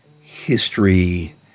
history